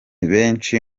benshi